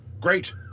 Great